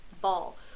Ball